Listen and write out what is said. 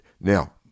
Now